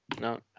No